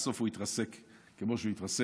בסוף הוא התרסק כמו שהוא התרסק.